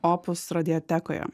opus radiotekoje